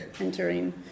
entering